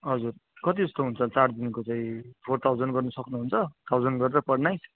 हजुर कति जस्तो हुन्छ चार दिनको चाहिँ फोर थाउजन गर्नु सक्नुहुन्छ थाउजन गरेर पर नाइट